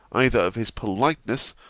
either of his politeness,